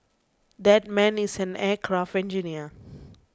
that man is an aircraft engineer